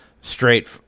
Straight